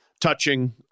touching